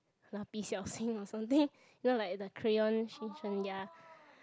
蜡笔小新 or something then I'm like the crayon Shin-chan ya